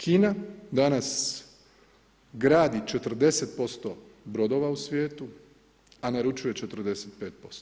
Kina danas gradi 40% brodova u svijetu a naručuje 45%